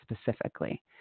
specifically